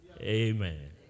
Amen